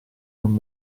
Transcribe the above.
non